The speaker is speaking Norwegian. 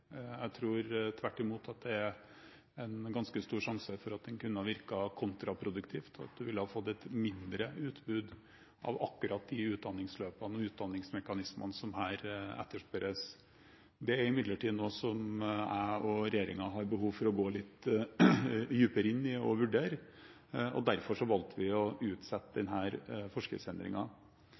Jeg tror tvert imot at det er en ganske stor sjanse for at den kunne ha virket kontraproduktivt, og at man ville ha fått et mindre utbud av akkurat de utdanningsløpene og utdanningsmekanismene som her etterspørres. Det er imidlertid noe som jeg og regjeringen har behov for å gå litt dypere inn i og vurdere, og derfor valgte vi å utsette denne forskriftsendringen. Hva ellers gjelder den